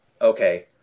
okay